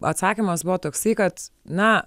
atsakymas buvo toksai kad na